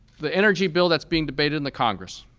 the energy bill that's being debated in the congress